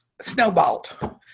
snowballed